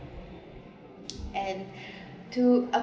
and to